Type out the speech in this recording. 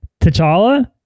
T'Challa